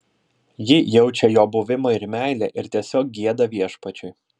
ji jaučia jo buvimą ir meilę ir tiesiog gieda viešpačiui